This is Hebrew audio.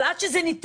אבל שהוא יינתן,